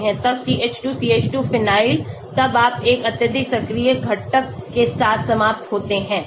तब CH2 CH2 phenyl तब आप एक अत्यधिक सक्रिय घटक के साथ समाप्त होते हैं